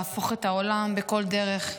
להפוך את העולם בכל דרך.